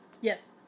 Yes